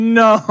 no